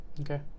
Okay